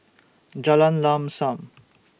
Jalan Lam SAM